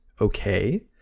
okay